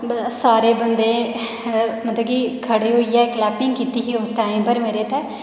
सारे बंदे मतलब की खड़े होइयै क्लैपिंग कीती उस टाईम पर मेरे आस्तै